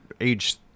age